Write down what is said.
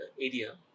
area